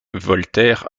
voltaire